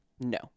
No